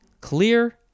clear